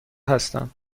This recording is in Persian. هستم